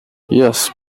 yes